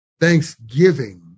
thanksgiving